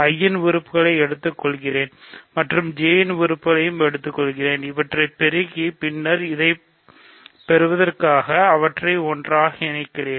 I இன் உறுப்புகளை எடுத்துக்கொள்கிறேன் மற்றும் J இன் உறுப்புகளை எடுத்துக்கொள்கிறேன் அவற்றைப் பெருக்கி பின்னர் இதைப் பெறுவதற்கு அவற்றை ஒன்றாக இணைக்கிறேன்